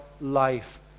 life